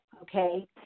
Okay